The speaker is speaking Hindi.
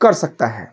कर सकता है